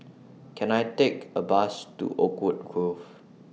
Can I Take A Bus to Oakwood Grove